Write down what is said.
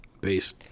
Peace